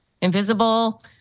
invisible